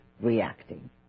reacting